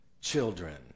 children